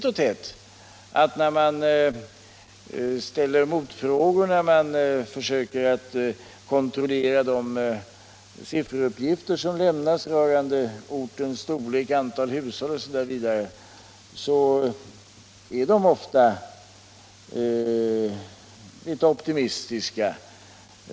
När man därvid ställer motfrågor och försöker att kontrollera de sifferuppgifter som lämnas rörande ortens storlek, antal hushåll osv. händer det ofta att man finner dessa uppgifter vara litet optimistiska.